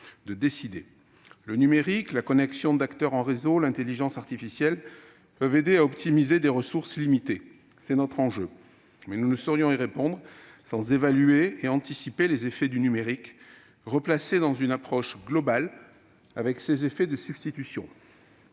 de décider. Le numérique, la connexion d'acteurs en réseau, l'intelligence artificielle peuvent aider à optimiser des ressources limitées ; là est l'enjeu, en effet, mais nous ne saurions y répondre sans évaluer ni anticiper les effets du numérique, ainsi replacés dans une approche globale tenant compte des effets de substitution.